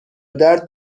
درد